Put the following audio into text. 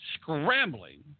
scrambling